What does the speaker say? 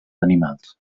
animals